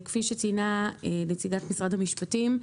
כפיט שציינה נציגת משרד המשפטים,